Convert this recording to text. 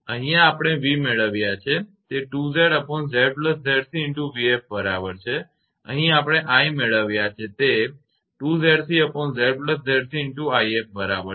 અહિયાં આપણે v મેળવ્યાં છે તે 2𝑍𝑍𝑍𝑐𝑣𝑓 બરાબર છે અહીં આપણે i મેળવ્યાં છે તે 2𝑍𝑐𝑍𝑍𝑐𝑖𝑓 બરાબર છે